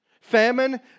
famine